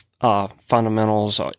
fundamentals